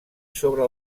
sobre